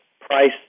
price